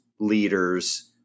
leaders